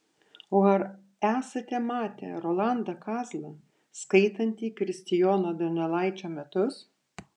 o ar esate matę rolandą kazlą skaitantį kristijono donelaičio metus